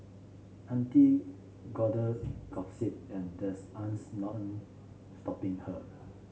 auntie gotta gossip and there's stopping her